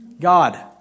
God